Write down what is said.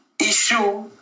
issue